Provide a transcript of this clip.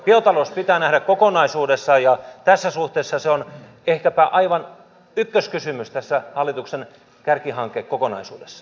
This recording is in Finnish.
biotalous pitää nähdä kokonaisuudessaan ja tässä suhteessa se on ehkäpä aivan ykköskysymys tässä hallituksen kärkihankekokonaisuudessa